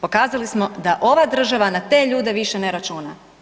Pokazali smo da ova država na te ljude više ne računa.